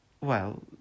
Well